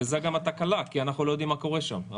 זו גם התקלה, כי אנחנו לא יודעים מה קורה שם.